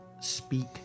speak